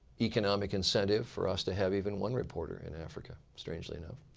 economic incentive for us to have even one reporter in africa, strangely enough.